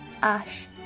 ash